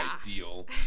ideal